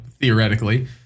theoretically